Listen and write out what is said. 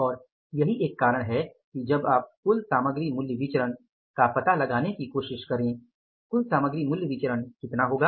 और यही एक कारण है कि अब आप कुल सामग्री मूल्य विचरण का पता लगाने की कोशिश करें कुल सामग्री मूल्य विचरण कितना होगा